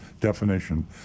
definition